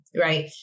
right